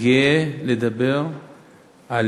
גאה לדבר על